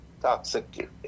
toxic